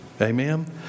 Amen